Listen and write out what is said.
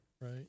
Right